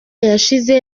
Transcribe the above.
yashize